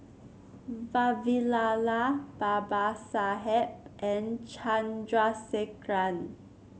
Vavilala Babasaheb and Chandrasekaran